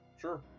sure